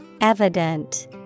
Evident